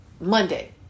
Monday